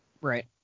Right